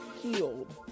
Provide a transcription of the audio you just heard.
healed